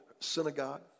synagogue